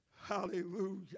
Hallelujah